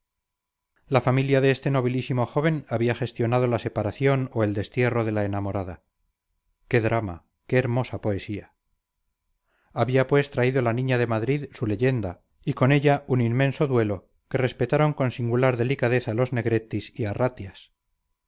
la familia de este nobilísimo joven había gestionado la separación o el destierro de la enamorada qué drama qué hermosa poesía había pues traído la niña de madrid su leyenda y con ella un inmenso duelo que respetaron con singular delicadeza los negrettis y arratias